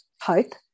Hope